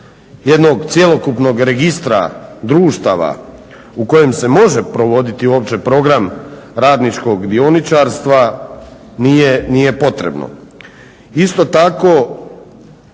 jednog cjelokupnog registra društava u kojem se uopće može provoditi program radničkog dioničarstva nije potrebno.